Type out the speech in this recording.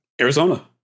Arizona